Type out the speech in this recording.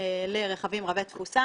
לרכבים רבי תפוסה.